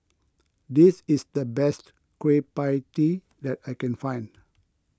this is the best Kueh Pie Tee that I can find